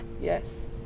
Yes